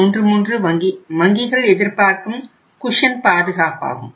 33 வங்கிகள் எதிர்பார்க்கும் குஷன் பாதுகாப்பாகும்